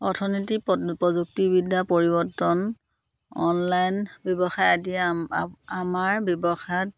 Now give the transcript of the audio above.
অৰ্থনীতি প প্ৰযুক্তিবিদ্যা পৰিৱৰ্তন অনলাইন ব্যৱসায় আদিয়ে আ আমাৰ ব্যৱসায়ত